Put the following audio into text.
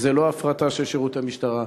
זאת לא הפרטה של שירותי משטרה,